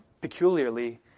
peculiarly